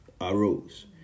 arose